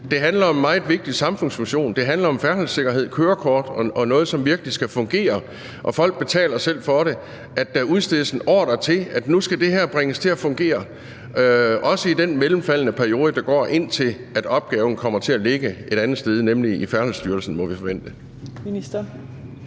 Det handler om en meget vigtig samfundsfunktion: Det handler om færdselssikkerhed, kørekort. Det er noget, som virkelig skal fungere – og folk betaler jo selv for det. Er tiden ikke inde til, at der udstedes en ordre til, at nu skal det her bringes til at fungere, også i den mellemliggende periode, der går, indtil opgaven kommer til at ligge et andet sted, nemlig i Færdselsstyrelsen,